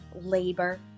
labor